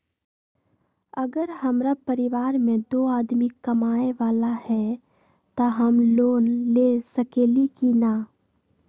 अगर हमरा परिवार में दो आदमी कमाये वाला है त हम लोन ले सकेली की न?